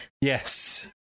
Yes